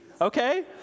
Okay